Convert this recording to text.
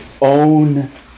own